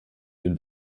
den